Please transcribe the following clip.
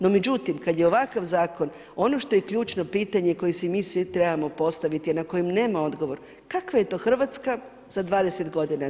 No međutim, kad je ovakav Zakon, ono što je ključno pitanje koje si mi svi trebamo postaviti i na kojem nema odgovor, kakva je to Hrvatska za 20 godina?